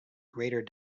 greater